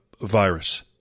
virus